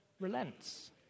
relents